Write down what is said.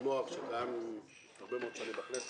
הנוהג שקיים הרבה מאוד שנים בכנסת.